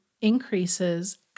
increases